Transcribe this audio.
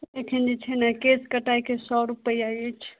एखन जे छै ने केस कटाइके सओ रुपैआ अछि